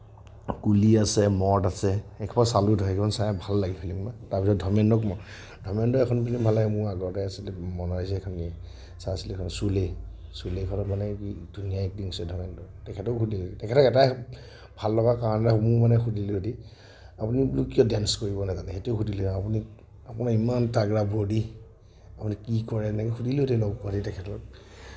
কুলী আছে মৰ্ড আছে সেইসোপা চালোঁ সেইকিখন চাই ভাল লাগিল খালি যেনিবা তাৰ ভিতৰত ধৰ্মেন্দ্ৰক মই ধৰ্মেন্দ্ৰৰ এখন ফিল্ম ভাল লাগে মোৰ আগতে আছিলে বনাইছে চাইছিলোঁ এইখন চোলে চোলেখনত মানে কি ধুনীয়া এক্টিং হৈছে ধৰ্মেন্দ্ৰৰ তেখেতক সুধিম তেখেতক এটাই ভাল লগা কাৰণ মোৰ মানে সুধিলোঁহেতিন আপুনি বুলো কিয় ডাঞ্চ কৰিব নাজানে সেইটো সুধিলোঁ হয় আপুনি আপোনাৰ ইমান তাগ্ৰা বডী আপুনি কি কৰে তেনেকে সুধিলোঁহেতিন আৰু লগ পোৱাহেতিন তেখেতক